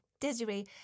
Desiree